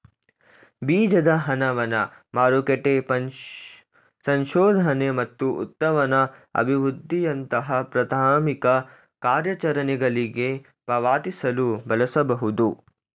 ಬೀಜದ ಹಣವನ್ನ ಮಾರುಕಟ್ಟೆ ಸಂಶೋಧನೆ ಮತ್ತು ಉತ್ಪನ್ನ ಅಭಿವೃದ್ಧಿಯಂತಹ ಪ್ರಾಥಮಿಕ ಕಾರ್ಯಾಚರಣೆಗಳ್ಗೆ ಪಾವತಿಸಲು ಬಳಸಬಹುದು